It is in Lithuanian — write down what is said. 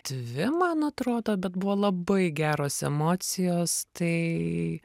dvi man atrodo bet buvo labai geros emocijos tai